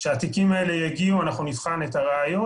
כשהתיקים האלה יגיעו אנחנו נבחן את הראיות